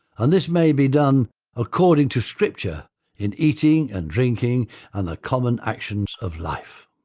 and this may be done according to scripture in eating and drinking and the common actions of life.